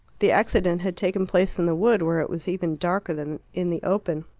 the accident had taken place in the wood, where it was even darker than in the open.